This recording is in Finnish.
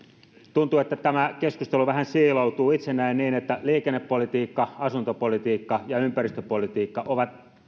tuntuu että tämä keskustelu vähän siiloutuu itse näen niin että liikennepolitiikka asuntopolitiikka ja ympäristöpolitiikka ovat